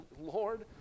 Lord